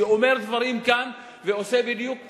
שאומר כאן דברים ועושה בדיוק ההיפך.